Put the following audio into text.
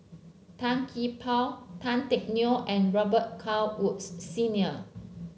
Tan Gee Paw Tan Teck Neo and Robet Carr Woods Senior